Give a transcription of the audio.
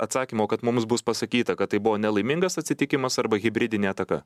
atsakymo kad mums bus pasakyta kad tai buvo nelaimingas atsitikimas arba hibridinė ataka